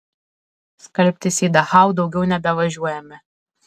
skalbtis į dachau daugiau nebevažiuojame